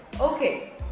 okay